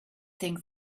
think